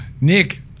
Nick